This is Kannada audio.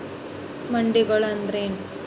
ಮಂಡಿಗಳು ಅಂದ್ರೇನು?